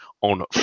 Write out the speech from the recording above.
on